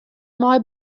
mei